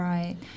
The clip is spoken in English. Right